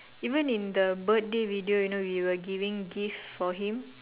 even in the birthday video you know we were giving gifts for him